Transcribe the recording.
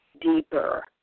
deeper